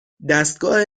دستگاه